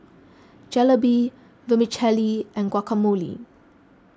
Jalebi Vermicelli and Guacamole